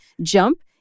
jump